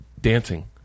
dancing